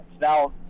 Now